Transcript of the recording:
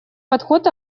подход